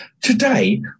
Today